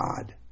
God